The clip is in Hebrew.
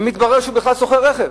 מתברר שהוא בכלל סוחר רכב.